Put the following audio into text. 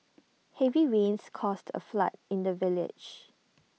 heavy rains caused A flood in the village